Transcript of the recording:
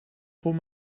voor